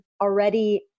already